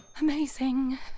Amazing